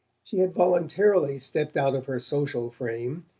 she had voluntarily stepped out of her social frame,